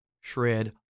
shred